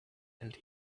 and